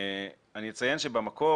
אני אציין שבמקור,